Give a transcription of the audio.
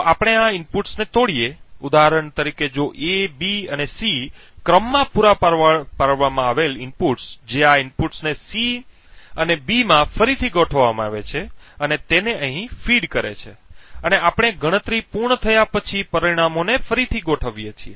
જો આપણે આ ઇનપુટ્સને તોડીએ ઉદાહરણ તરીકે જો A B અને C ક્રમમાં પૂરા પાડવામાં આવેલ ઇનપુટ્સ જે આ ઇનપુટ્સને C અને B માં ફરીથી ગોઠવવામાં આવે છે અને તેને અહીં ફીડ કરે છે અને આપણે ગણતરી પૂર્ણ થયા પછી પરિણામોને ફરીથી ગોઠવીએ છીએ